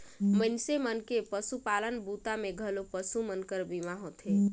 मइनसे मन के पसुपालन बूता मे घलो पसु मन कर बीमा होथे